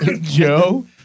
Joe